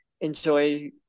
enjoy